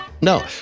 No